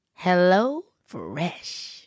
HelloFresh